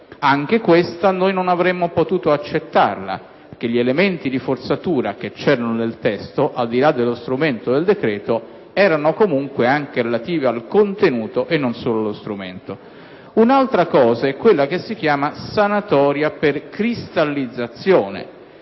Anche questa non avremmo potuto accettarla dato che gli elementi di forzatura che c'erano nel testo, al di là dello strumento del decreto, erano comunque anche relativi al contenuto e non solo allo strumento. Altra è quella che si chiama sanatoria per cristallizzazione,